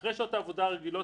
אחרי שעות העבודה הרגילות,